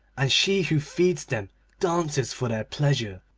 and she who feeds them dances for their pleasure,